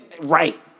right